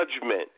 judgment